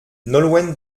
nolwenn